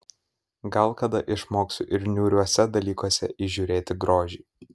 gal kada išmoksiu ir niūriuose dalykuose įžiūrėti grožį